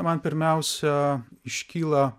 man pirmiausia iškyla